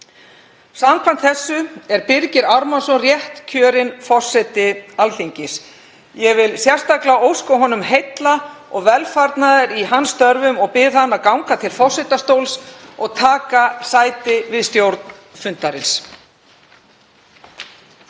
Samkvæmt þessu er Birgir Ármannsson réttkjörinn forseti Alþingis. Ég vil sérstaklega óska honum heilla og velfarnaðar í störfum og bið hann að ganga til forsetastóls og taka sæti við stjórn fundarins.